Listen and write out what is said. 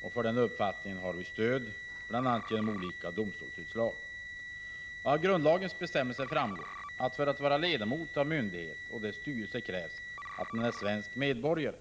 Denna vår uppfattning får stöd i bl.a. olika domstolsutslag. Av grundlagens bestämmelser framgår att det krävs att man, för att få vara ledamot av en myndighet och dess styrelse, är svensk medborgare.